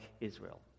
Israel